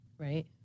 Right